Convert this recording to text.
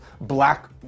black